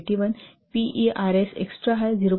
81 PERS extra high 0